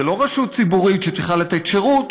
זה לא רשות ציבורית שצריכה לתת שירות.